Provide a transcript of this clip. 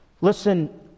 listen